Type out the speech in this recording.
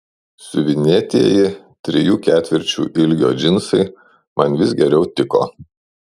siuvinėtieji trijų ketvirčių ilgio džinsai man vis geriau tiko